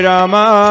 Rama